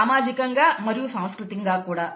సామాజికంగా మరియు సాంస్కృతికంగా కూడా